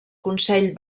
consell